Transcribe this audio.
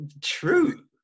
true